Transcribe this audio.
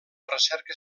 recerca